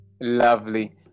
Lovely